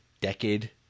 decade